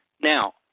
Now